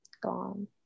gone